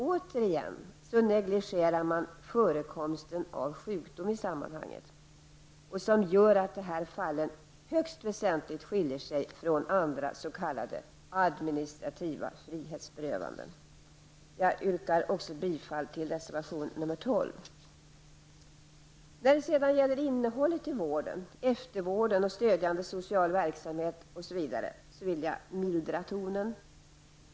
Återigen negligerar man förekomsten av sjukdom i sammanhanget, vilket gör att de här fallen högst väsentligt skiljer sig från andra s.k. administrativa frihetsberövanden. Jag yrkar bifall också till reservation nr 12. När det sedan gäller innehållet i vården, eftervård, stödjande social verksamhet, osv. vill jag mildra tonen.